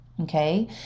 okay